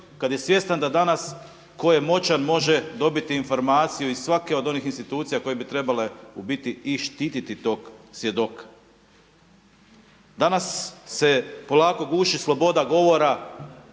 kad je svjestan da danas ko je moćan može dobiti informaciju iz svake od onih institucija koje bi trebale u biti i štititi tog svjedoka. Danas se polako guši sloboda govora,